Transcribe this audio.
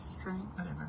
Strengths